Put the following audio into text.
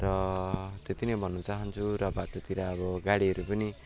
र त्यति नै भन्नु चाहन्छु र बाटोतिर अब गाडीहरू पनि